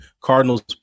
Cardinals